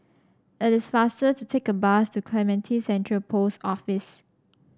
it is faster to take the bus to Clementi Central Post Office